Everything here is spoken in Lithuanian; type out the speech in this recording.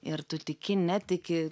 ir tu tiki netiki